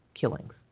killings